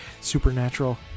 supernatural